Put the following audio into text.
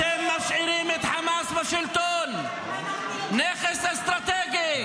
אתם משאירים את חמאס בשלטון, נכס אסטרטגי.